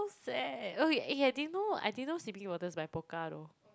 so sad ok eh I didn't know I didn't know c_p bottles by Pokka though